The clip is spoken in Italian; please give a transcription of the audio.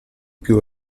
più